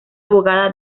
abogada